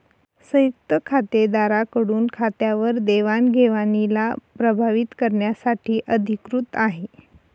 संयुक्त खातेदारा कडून खात्यावर देवाणघेवणीला प्रभावीत करण्यासाठी अधिकृत आहे